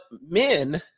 men